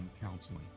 counseling